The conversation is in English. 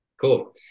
cool